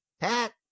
Pat